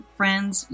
friends